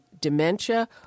dementia